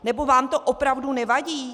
Nebo vám to opravdu nevadí?